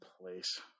place